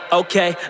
okay